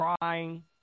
crying